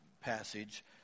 passage